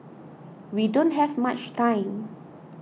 we don't have much time